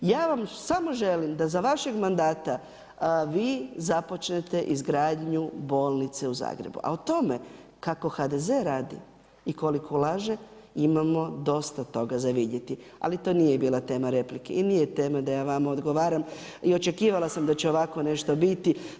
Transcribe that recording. Ja vam samo želim da za vašeg mandata vi započnete izgradnju bolnice u Zagrebu, a o tome, kako HDZ radi i koliko ulaže imamo dosta toga za vidjeti, ali to nije bila tema replike i nije tema da ja vama odgovaram i očekivala sam da će ovako nešto biti.